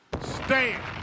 stand